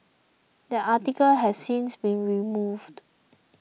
that article has since been removed